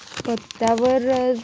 पत्त्यावर